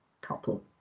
couple